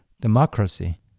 democracy